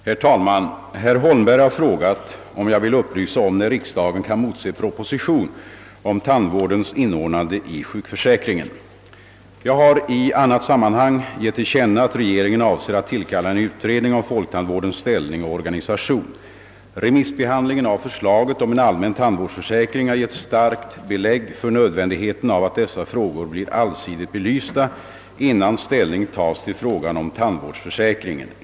Herr talman! Herr Holmberg har frågat, om jag vill upplysa om när riksdagen kan motse proposition om tandvårdens inordnande i sjukförsäkringen. Jag har i annat sammanhang gett till känna att regeringen avser att tillkalla en utredning om folktandvårdens ställning och organisation, Remissbehandlingen av förslaget om en allmän tandvårdsförsäkring har gett starkt belägg för nödvändigheten av att dessa frågor blir allsidigt belysta innan ställning tas till frågan om tandvårdsförsäkringen.